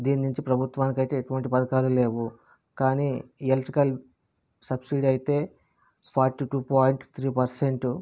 దీని నుంచి ప్రభుత్వానికి అయితే ఎటువంటి ఫలితాలు లేవు కానీ ఎలక్ట్రికల్ సబ్సిడీ అయితే forty two point three percent